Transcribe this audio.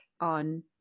on